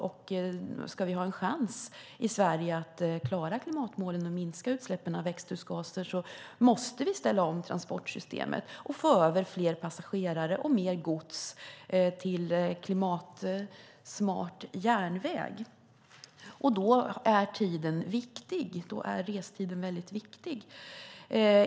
Ska vi i Sverige ha en chans att klara klimatmålen och minska utsläppen av växthusgaser måste vi ställa om transportsystemet och få över fler passagerare och mer gods till klimatsmart järnväg, och då är restiden viktig.